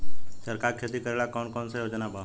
सरकार के खेती करेला कौन कौनसा योजना बा?